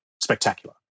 spectacular